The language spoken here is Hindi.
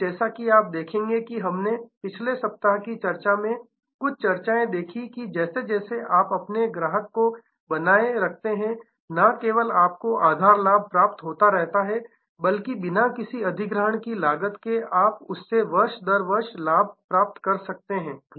और जैसा कि आप देखेंगे कि हमने पिछले सप्ताह की चर्चा में कुछ चर्चाएँ देखीं कि जैसे जैसे आप अपने ग्राहक को बनाए रखते हैं ना केवल आपको आधारलाभ प्राप्त होता रहता है बल्कि बिना किसी अधिग्रहण की लागत के आप उससे वर्ष दर वर्ष लाभ प्राप्त कर सकते हैं